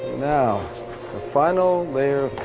now, the final layer